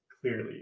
clearly